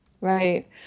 Right